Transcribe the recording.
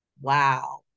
Wow